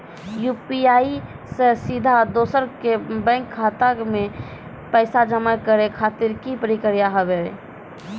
UPI से सीधा दोसर के बैंक खाता मे पैसा जमा करे खातिर की प्रक्रिया हाव हाय?